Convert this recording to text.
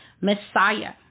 Messiah